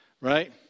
right